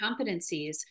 competencies